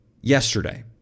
yesterday